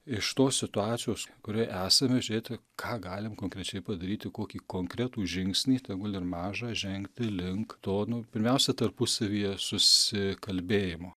iš tos situacijos kurioj esame žiūrėti ką galim konkrečiai padaryti kokį konkretų žingsnį tegul ir mažą žengti link to nu pirmiausia tarpusavyje susikalbėjimo